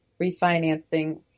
refinancing